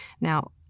Now